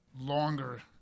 longer